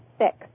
six